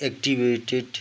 activated